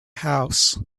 house